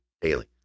daily